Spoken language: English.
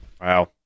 Wow